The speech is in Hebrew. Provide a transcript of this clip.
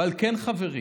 ועל כן, חברים,